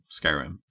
Skyrim